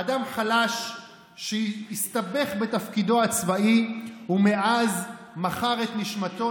אדם חלש שהסתבך בתפקידו הצבאי ומאז מכר את נשמתו